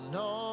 no